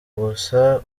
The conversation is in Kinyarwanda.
gusa